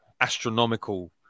astronomical